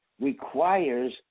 requires